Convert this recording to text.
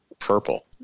purple